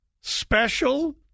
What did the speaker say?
Special